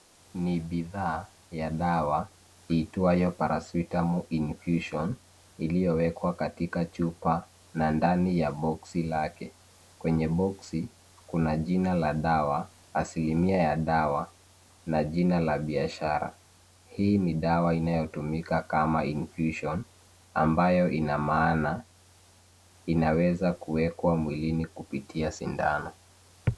Ni bidhaa ya dawa iitwayo Paracetamol infusion iliyowekwa katika chupa na ndani ya boksi lake. Kwenye boksi kuna jina la dawa, asilimia ya dawa na jina la biashara. Hii ni dawa inayotumika kama infusion ambayo ina maana, inaweza kuwekwa mwilini kupitia sindano.